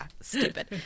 stupid